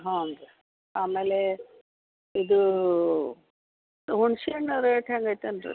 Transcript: ಹ್ಞೂ ರೀ ಆಮೇಲೆ ಇದು ಹುಣ್ಸೆ ಹಣ್ಣು ರೇಟ್ ಹೆಂಗೈತೇನು ರೀ